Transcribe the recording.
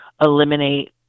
eliminate